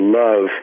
love